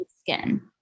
skin